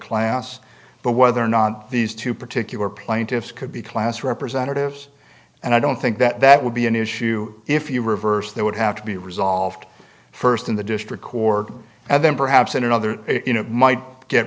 class but whether or not these two particular plaintiffs could be class representatives and i don't think that that would be an issue if you reverse that would have to be resolved first in the district court and then perhaps in another it might get